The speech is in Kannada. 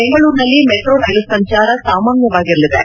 ಬೆಂಗಳೂರಿನಲ್ಲಿ ಮೆಟ್ರೋ ರೈಲು ಸಂಚಾರ ಸಾಮಾನ್ಯವಾಗಿರಲಿದೆ